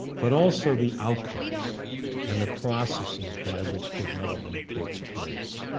but also the outcomes and the processes by which development takes place.